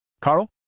Carl